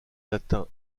latin